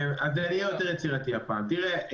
תראה,